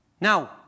Now